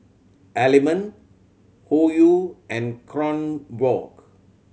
Element Hoyu and Kronenbourg